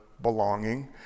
belonging